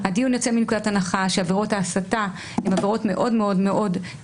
הדיון יוצא מנקודת הנחה שעבירות ההסתה הן עבירות מאוד נפוצות,